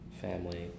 family